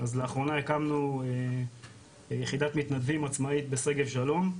אז לאחרונה הקמנו יחידת מתנדבים עצמאית בשגב שלום,